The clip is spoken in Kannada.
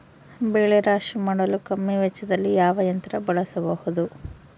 ಬೆಳೆ ರಾಶಿ ಮಾಡಲು ಕಮ್ಮಿ ವೆಚ್ಚದಲ್ಲಿ ಯಾವ ಯಂತ್ರ ಬಳಸಬಹುದು?